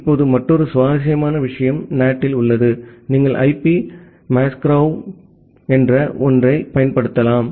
இப்போது மற்றொரு சுவாரஸ்யமான விஷயம் NAT இல் உள்ளது நீங்கள் ஐபி மாஸ்க்வெரேடிங் என்று ஒன்றைப் பயன்படுத்தலாம்